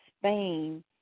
Spain